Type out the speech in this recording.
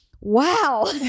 wow